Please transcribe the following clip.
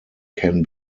can